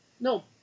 No